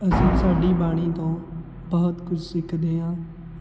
ਅਸੀਂ ਸਾਡੀ ਬਾਣੀ ਤੋਂ ਬਹੁਤ ਕੁਝ ਸਿੱਖਦੇ ਹਾਂ